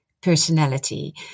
personality